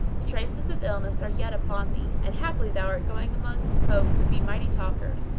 the traces of illness are yet upon thee and haply thou art going among folk who be mighty talkers,